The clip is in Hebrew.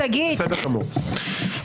בסדר גמור.